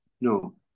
no